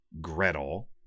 Gretel